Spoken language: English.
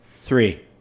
Three